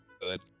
good